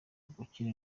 gukira